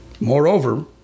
Moreover